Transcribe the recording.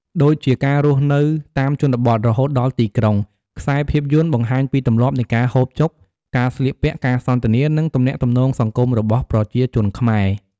ដូចជាការរស់នៅតាមជនបទ រហូតដល់ទីក្រុង ខ្សែភាពយន្តបង្ហាញពីទម្លាប់នៃការហូបចុក ការស្លៀកពាក់ ការសន្ទនា និងទំនាក់ទំនងសង្គមរបស់ប្រជាជនខ្មែរ ។